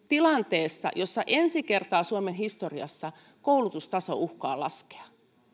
tilanteessa jossa ensi kertaa suomen historiassa koulutustaso uhkaa laskea